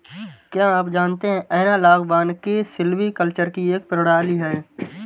क्या आप जानते है एनालॉग वानिकी सिल्वीकल्चर की एक प्रणाली है